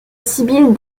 sibylle